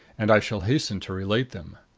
and i shall hasten to relate them.